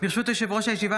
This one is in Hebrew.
ברשות יושב-ראש הישיבה,